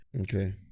Okay